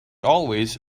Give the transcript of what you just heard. always